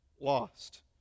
lost